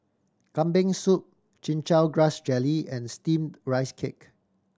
Kambing Soup Chin Chow Grass Jelly and Steamed Rice Cake